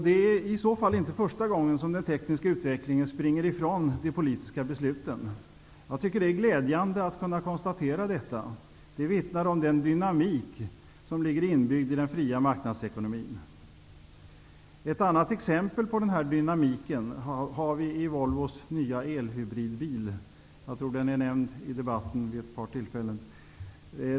Det är i så fall inte första gången som den tekniska utvecklingen springer ifrån de politiska besluten. Det är glädjande att kunna konstatera detta. Det vittnar om den dynamik som ligger inbyggd i den fria marknadsekonomin. Ett annat exempel på den här dynamiken har vi i Volvos nya elhybridbil -- jag tror att den har nämnts i debatten vid ett par tillfällen.